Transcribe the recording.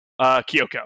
Kyoko